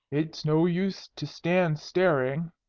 it's no use to stand staring.